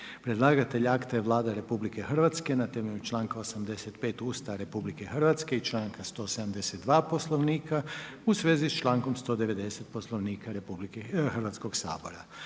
Predlagatelj akta je Vlada Republike Hrvatske na temelju članka 85. Ustava Republike Hrvatske i članka 172. Poslovnika u vezi s člankom 190. Poslovnika Hrvatskoga sabora.